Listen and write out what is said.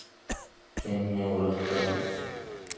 में वो रहकर